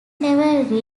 never